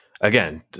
again